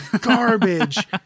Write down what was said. Garbage